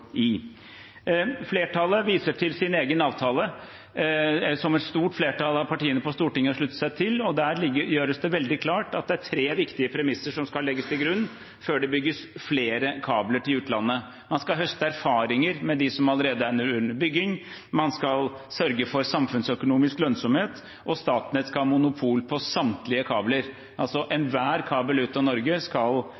i. Flertallet viser til sin egen avtale, som et flertall av partiene på Stortinget har sluttet seg til, og der gjøres det veldig klart at det er tre viktige premisser som skal legges til grunn før det bygges flere kabler til utlandet. Man skal høste erfaringer med dem som allerede er under bygging, man skal sørge for samfunnsøkonomisk lønnsomhet, og Statnett skal ha monopol på samtlige kabler. Enhver kabel ut av Norge skal altså